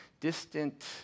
distant